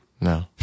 No